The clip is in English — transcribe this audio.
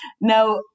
Now